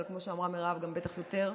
אבל כמו שאמרה מירב, בטח גם יותר.